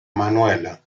manuela